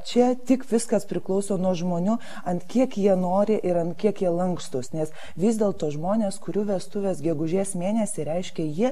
čia tik viskas priklauso nuo žmonių ant kiek jie nori ir ant kiek jie lankstūs nes vis dėlto žmonės kurių vestuvės gegužės mėnesį reiškia jie